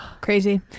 crazy